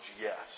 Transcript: yes